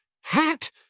Hat